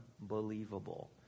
unbelievable